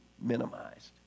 minimized